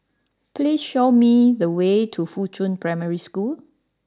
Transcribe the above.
please show me the way to Fuchun Primary School